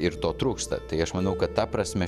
ir to trūksta tai aš manau kad ta prasme